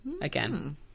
again